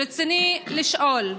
רצוני לשאול: